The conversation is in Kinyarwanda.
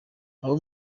abo